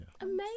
amazing